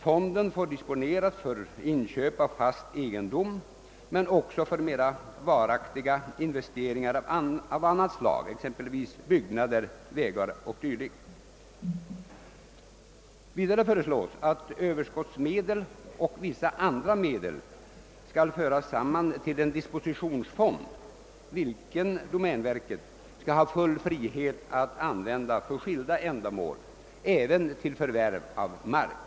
Fonden får disponeras för inköp av fast egendom men också för mera varaktiga investeringar av annat slag, exempelvis i byggnader, vägar och dylikt. Vidare föreslås att överskottsmedel och vissa andra medel skall avsättas till en dispositionsfond. Denna fond skall domänverket ha full frihet att använda för skilda ändamål, även till förvärv av mark.